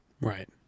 Right